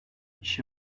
i̇şe